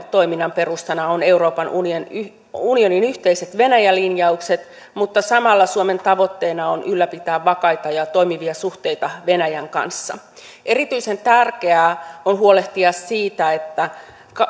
toiminnan perustana on euroopan unionin yhteiset venäjä linjaukset mutta samalla suomen tavoitteena on ylläpitää vakaita ja toimivia suhteita venäjän kanssa erityisen tärkeää on huolehtia siitä että